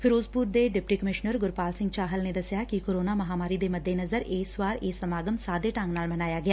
ਫਿਰੋਜ਼ਪੁਰ ਦੇ deputy commissioner Gurpal Singh Chahal ਨੇ ਦਸਿਆ ਕਿ ਕੋਰੋਨਾ ਮਹਾਮਾਰੀ ਦੇ ਮੱਦੇਨਜ਼ਰ ਇਸ ਵਾਰ ਇਹ ਸਮਾਗਮ ਸਾਦੇ ਢੰਗ ਨਾਲ ਮਨਾਇਆ ਗਿਆ